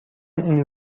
این